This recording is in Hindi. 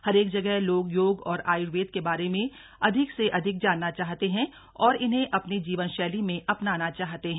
हरेक जगह लोग योग और आयुर्वेद के बारे में लोग अधिक से अधिक जानना चाहते हैं और इन्हें अपनी जीवन शैली में अपनाना चाहते हैं